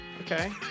Okay